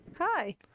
Hi